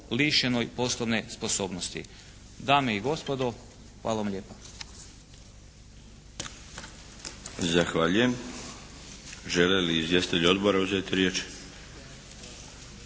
lišenoj poslovne sposobnosti. Dame i gospodo hvala vam lijepa.